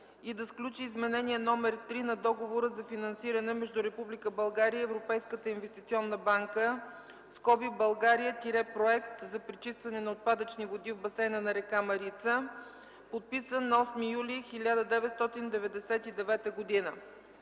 и да сключи Изменение № 3 на Договора за финансиране между Република България и Европейската инвестиционна банка (България – проект за пречистване на отпадъчни води в басейна на река Марица), подписан на 9 юли 1999 г.”